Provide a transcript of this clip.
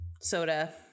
soda